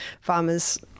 farmers